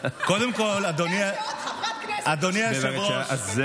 איזו עוד חברת כנסת יושבת פה בנאומי אופוזיציה?